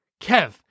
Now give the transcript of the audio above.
Kev